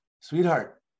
sweetheart